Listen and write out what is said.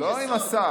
לא עם השר.